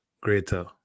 greater